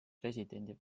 presidendi